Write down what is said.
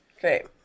Great